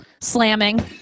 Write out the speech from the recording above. slamming